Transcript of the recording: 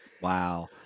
Wow